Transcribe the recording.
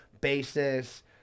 basis